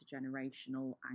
intergenerational